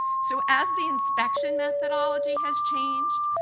so as the inspection methodology has changed,